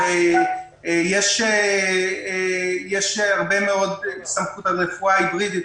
יש הרבה מאוד הסתמכות על רפואה היברידית,